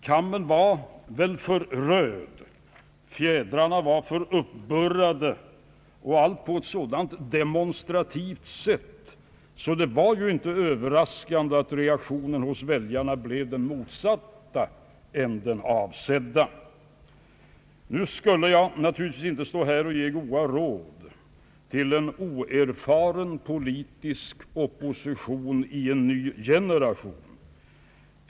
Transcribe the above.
Kammen var väl för röd, fjädrarna var för uppburrade, och allt på ett så demonstrativt sätt, så att det var ju inte överraskande att reaktionen hos väljarna blev motsatsen till den avsedda. Nu skulle jag naturligtvis inte stå här och ge goda råd till en oerfaren politisk opposition i en ny generation.